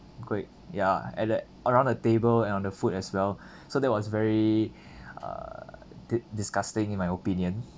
going ya at the around the table and on the food as well so that was very err di~ disgusting in my opinion